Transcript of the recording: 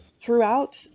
throughout